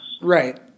Right